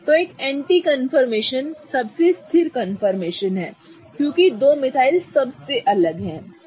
तो एक anti conformation सबसे स्थिर कंफर्मेशन है क्योंकि 2 मिथाइल सबसे अलग हैं